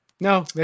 No